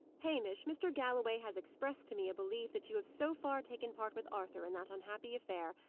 hamish, mr. galloway has expressed to me a belief that you have so far taken part with arthur in that unhappy affair,